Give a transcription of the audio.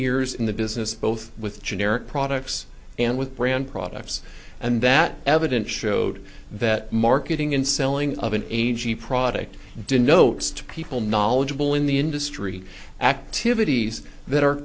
years in the business both with generic products and with brand products and that evidence showed that marketing and selling of an a g m product denotes to people knowledgeable in the industry activities that are